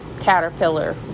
caterpillar